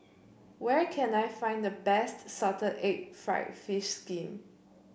where can I find the best Salted Egg fried fish skin